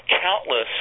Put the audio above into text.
countless